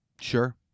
Sure